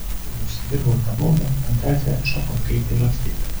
kai užsidirbau tą baudą fantazija atšoko greitai lakstyt